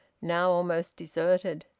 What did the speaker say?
now almost deserted.